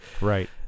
Right